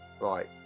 Right